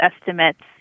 estimates